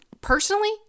personally